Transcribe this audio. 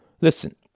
Listen